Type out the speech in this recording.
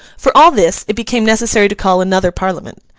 for all this, it became necessary to call another parliament.